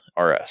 RS